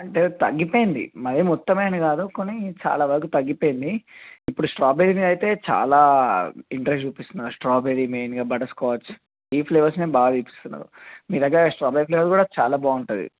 అంటే తగ్గిపోయింది మరి మొత్తం అని కాదు కానీ చాలా వరకు తగ్గిపోయింది ఇప్పుడు స్ట్రాబెరీని అయితే చాలా ఇంట్రస్ట్ చూపిస్తున్నారు స్ట్రాబెరీ మెయిన్గా బట్టర్స్కార్చ్ ఈ ఫ్లేవర్స్ను బాగా చూపిస్తున్నారు మీ దగ్గర స్ట్రాబెరీ ఫ్లేవర్ కూడా చాలా బాగుంటుంది